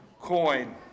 coin